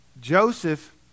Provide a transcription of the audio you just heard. Joseph